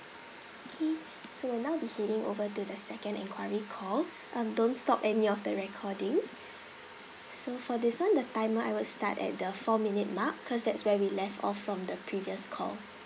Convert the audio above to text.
okay so we'll now be heading over to the second inquiry call um don't stop any of the recording so for this [one] the timer I would start at the four minute mark cause that's where we left off from the previous call